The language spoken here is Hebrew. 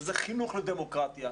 זה חינוך לדמוקרטיה,